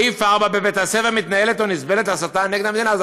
סעיף 32א(4): "בבית-הספר מתנהלת או נסבלת הסתה נגד המדינה".